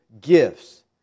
gifts